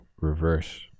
reverse